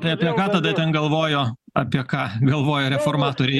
tai apie ką tada ten galvojo apie ką galvojo reformatoriai